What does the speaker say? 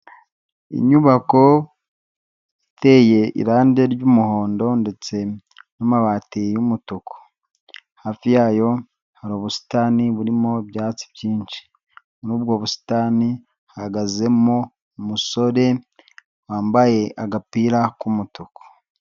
Inyubako iteye irange ry'umuhondo ndetse n'amabati y'umutuku, hafi yayo hari ubusitani burimo ibyatsi byinshi, muri ubwo busitani hahagazemo umusore wambaye agapira k'umutuku.